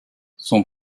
son